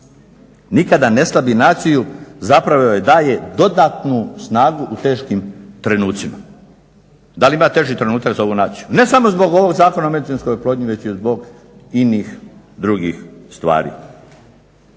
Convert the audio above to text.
nikada ne slabi naciju zapravo joj daje dodatnu snagu u teškim trenucima. Da li ima teži trenutak za ovu naciju? Ne samo zbog ovog Zakona o medicinskoj oplodnji već i zbog inih drugih stvari.